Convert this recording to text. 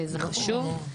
זה חשוב,